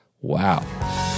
Wow